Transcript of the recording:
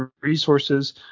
resources